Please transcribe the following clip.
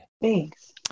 Thanks